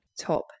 Top